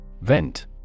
Vent